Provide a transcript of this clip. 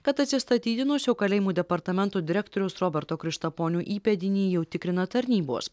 kad atsistatydinusio kalėjimų departamento direktoriaus roberto krištaponio įpėdinį jau tikrina tarnybos